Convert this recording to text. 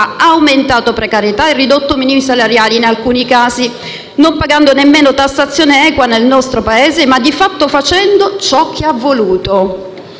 ha aumentato la precarietà e ridotto i minimi salariali, in alcuni casi non pagando nemmeno una tassazione equa nel nostro Paese, ma facendo ciò che voleva.